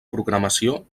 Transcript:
programació